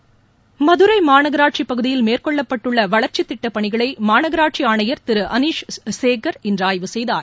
மாவட்ட செய்திகள் மதுரை மாநகராட்சி பகுதியில் மேற்கொள்ளப்பட்டுள்ள வளர்ச்சி திட்டப் பணிகளை மாநகராட்சி ஆணையர் திரு அனீஷ் சேகர் இன்று ஆய்வு செய்தார்